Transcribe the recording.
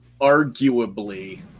arguably